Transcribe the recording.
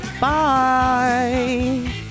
Bye